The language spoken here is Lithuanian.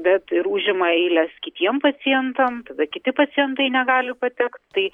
bet ir užima eiles kitiem pacientam tada kiti pacientai negali patekt tai